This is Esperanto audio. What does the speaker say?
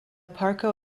parko